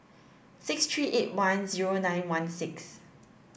six three eight one zero nine one six